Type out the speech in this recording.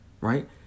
right